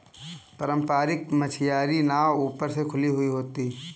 पारम्परिक मछियारी नाव ऊपर से खुली हुई होती हैं